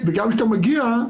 וגם כשאתה מגיע,